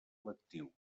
lectiu